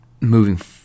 moving